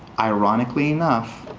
ironically enough,